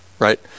Right